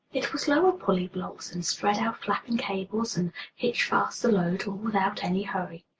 it was lower pulley-blocks, and spread out flapping cables, and hitch fast the load, all without any hurry.